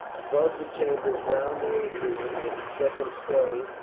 above the chambers round the atrium was a second story,